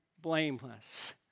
blameless